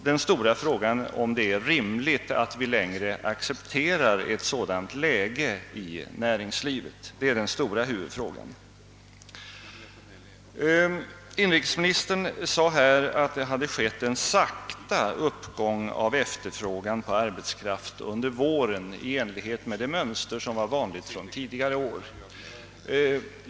Den stora huvudfrågan är om det är rimligt att vi längre accepterar en sådan situation inom näringslivet. Inrikesministern sade att efterfrågan på arbetskraft sakta har gått upp under våren i enlighet med det mönster som varit vanligt under tidigare år.